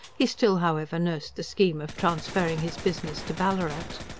he still, however, nursed the scheme of transferring his business to ballarat.